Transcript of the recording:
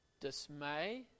dismay